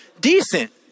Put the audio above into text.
decent